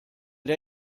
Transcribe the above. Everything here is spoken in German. der